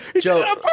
Joe